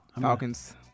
Falcons